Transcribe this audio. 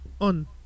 on